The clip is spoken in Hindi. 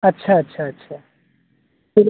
अच्छा अच्छा अच्छा फिर